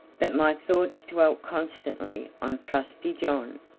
but my thoughts dwelt constantly on trusty john,